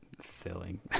filling